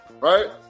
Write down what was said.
right